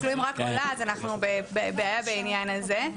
אז אנחנו בבעיה בעניין הזה.